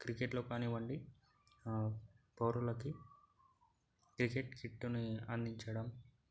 క్రికెట్లో కానివ్వండి పౌరులకి క్రికెట్ కిట్ను అందించడం